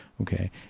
Okay